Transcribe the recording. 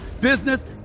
business